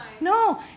No